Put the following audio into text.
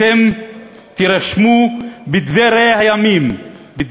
אתם תירשמו בדברי הימים של